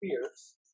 fears